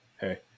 hey